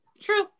True